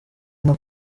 nka